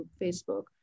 Facebook